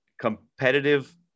competitive